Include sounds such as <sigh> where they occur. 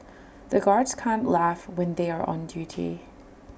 <noise> the guards can't laugh when they are on duty